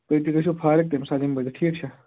تُہۍ تہِ گژھِو فاریک تَمہِ ساتہٕ یِمہٕ بہٕ تہِ ٹھیٖک چھا